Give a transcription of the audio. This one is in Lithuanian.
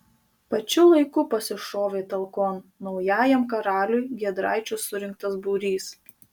pačiu laiku pasišovė talkon naujajam karaliui giedraičio surinktas būrys